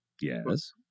Yes